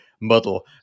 muddle